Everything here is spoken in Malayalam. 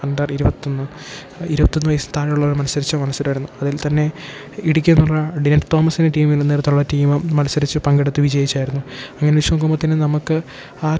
അണ്ടർ ഇരുപത്തി ഒന്ന് ഇരുപത്തി ഒന്ന് വയസ്സിൽ താഴെ ഉള്ളവർ മത്സരിച്ച മത്സരം ആയിരുന്നു അതിൽ തന്നെ ഇടിക്കിന്നുള്ള ഡിനൽ തോമസിൻ്റെ ടീമിൽ നേതൃത്വത്തിലുള്ള ടീമ് മത്സരിച്ച് പങ്കെടുത്ത് വിജയിച്ചായിരുന്നു അങ്ങനെ വച്ച് നോക്കുമ്പോൾ തന്നെ നമുക്ക് ആ